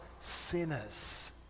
sinners